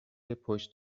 پشت